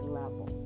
level